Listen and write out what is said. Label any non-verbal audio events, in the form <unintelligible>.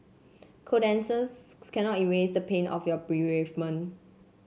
condolences <unintelligible> cannot erase the pain of your bereavement